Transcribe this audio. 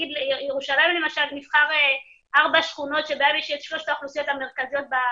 בירושלים למשל נבחר ארבע שכונות שבהן יש את שלוש האוכלוסיות המרכזיות שיש